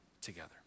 together